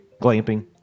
glamping